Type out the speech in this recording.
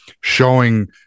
showing